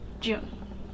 June